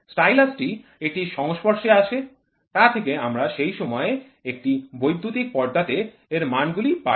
stylus টি এটির সংস্পর্শে আসে তা থেকে আমরা সেই সময়ে একটি বৈদ্যুতিক পর্দাতে এর মান গুলি পাই